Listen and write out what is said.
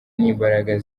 n’imbaraga